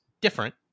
different